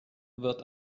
wird